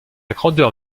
grandeur